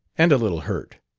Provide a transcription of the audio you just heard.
and a little hurt.